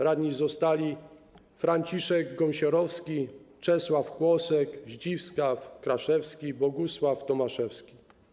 Ranni zostali: Franciszek Gąsiorowski, Czesław Kłosek, Zdzisław Kraszewski, Bogusław Tomaszewski.